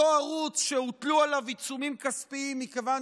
אותו ערוץ שהוטלו עליו עיצומים כספיים מכיוון